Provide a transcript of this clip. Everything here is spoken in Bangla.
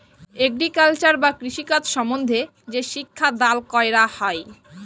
এগ্রিকালচার বা কৃষিকাজ সম্বন্ধে যে শিক্ষা দাল ক্যরা হ্যয়